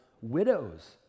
widows